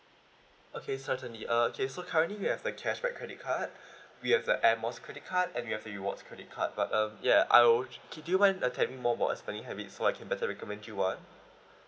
okay certainly uh okay so currently we have the cashback credit card we have the air miles credit card and we have rewards credit card but um ya I will K do you mind uh telling more about your spending habit so I can better recommend you one